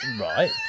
right